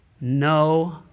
No